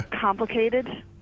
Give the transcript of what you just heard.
complicated